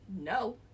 no